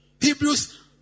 Hebrews